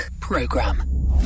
Program